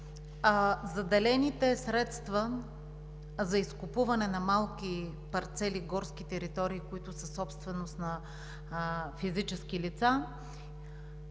Заделените средства за изкупуване на малки парцели горски територии, които са собственост на физически лица,